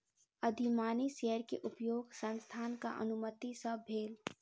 अधिमानी शेयर के उपयोग संस्थानक अनुमति सॅ भेल